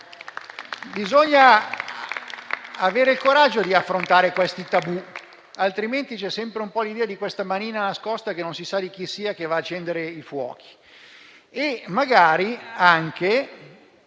Bisogna avere il coraggio di affrontare questi tabù, altrimenti c'è sempre l'idea di una manina nascosta, che non si sa a chi appartenga, che va ad accendere i fuochi. Magari bisogna